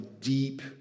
deep